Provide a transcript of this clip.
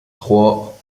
trois